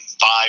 five